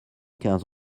quinze